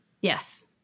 Yes